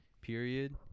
period